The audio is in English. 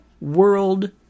world